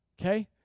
okay